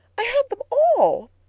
i had them all.